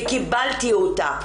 וקיבלתי אותה,